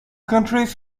countries